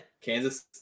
Kansas